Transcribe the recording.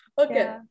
Okay